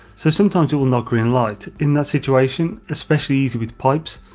so sometimes it will not green light, in that situation, especially easy with pipes,